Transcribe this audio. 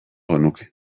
genuke